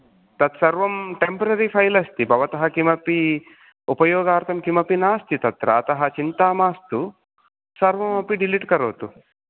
तत् सर्वं temporary file अस्ति भवतः किमपि उपयोगार्थं किमपि नास्ति तत्र अतः चिन्ता मास्तु सर्वमपि डिलिट् करोतु